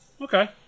okay